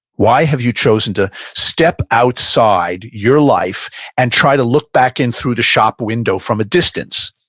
why have you chosen to step outside your life and try to look back in through the shop window from a distance.